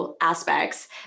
aspects